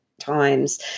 times